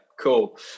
cool